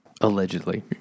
Allegedly